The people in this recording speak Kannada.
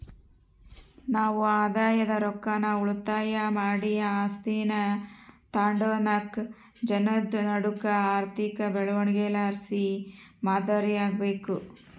ನಾವು ಆದಾಯದ ರೊಕ್ಕಾನ ಉಳಿತಾಯ ಮಾಡಿ ಆಸ್ತೀನಾ ತಾಂಡುನಾಕ್ ಜನುದ್ ನಡೂಕ ಆರ್ಥಿಕ ಬೆಳವಣಿಗೆಲಾಸಿ ಮಾದರಿ ಆಗ್ಬಕು